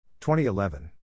2011